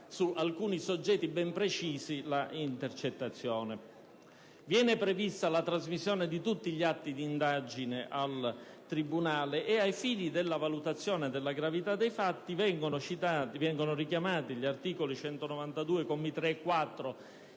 su alcuni soggetti ben precisi). Viene prevista la trasmissione di tutti gli atti d'indagine al tribunale e, ai fini della valutazione della gravità dei fatti, vengono richiamati gli articoli 192, commi 3 e 4